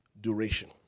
duration